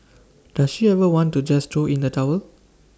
does she ever want to just throw in the towel